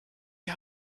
die